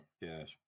Yes